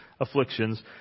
afflictions